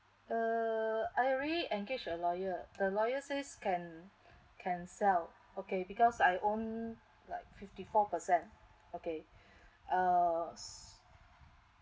uh I already engaged a lawyer the lawyer says can can sell okay because I own like fifty four percent okay uh